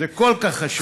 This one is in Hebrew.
זה כל כך חשוב.